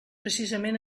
precisament